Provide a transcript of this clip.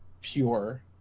pure